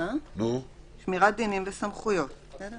שמירת דינים וסמכויות.